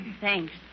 Thanks